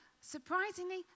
Surprisingly